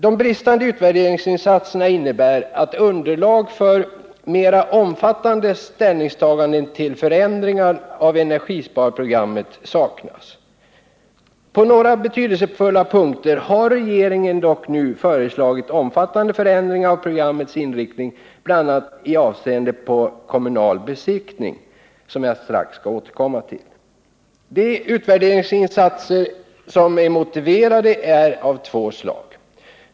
De bristande utvärderingsinsatserna innebär att underlag för mer omfattande ställningstaganden till förändringar av energisparprogrammet saknas. På några betydelsefulla punkter har dock regeringen nu föreslagit omfattande förändringar i programmets inriktning, bl.a. när det gäller kommunal besiktning, som jag strax skall återkomma till. De utvärderingsinsatser som är motiverade är av två slag.